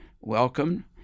welcome